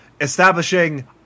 establishing